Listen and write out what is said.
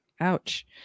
Ouch